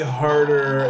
harder